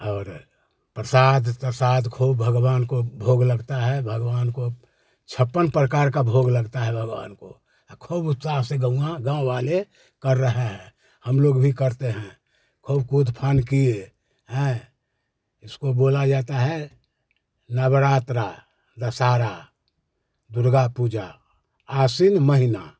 और प्रसाद तर्साद ख़ूब भगवान को भोग लगता है भगवान को छप्पन प्रकार का भोग लगता है भगवान को और ख़ूब उत्साह से गाँव में गाँव वाले कर रहे हैं हम लोग भी करते हैं ख़ूब कूद फान किए हैं इसको बोला जाता है नवरात्री दशहरा दुर्गा पूजा आसीन महीना